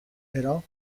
però